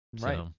Right